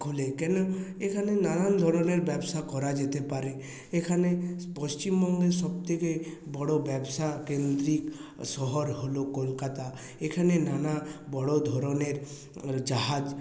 খোলে কেন এখানে নানান ধরনের ব্যবসা করা যেতে পারে এখানে পশ্চিমবঙ্গে সবথেকে বড় ব্যবসা কেন্দ্রিক শহর হল কলকাতা এখানে নানা বড় ধরনের জাহাজ